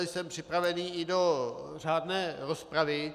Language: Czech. Jsem připraven i do řádné rozpravy.